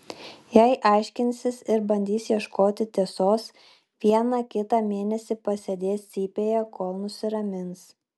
jei aiškinsis ir bandys ieškoti tiesos vieną kitą mėnesį pasėdės cypėje kol nusiramins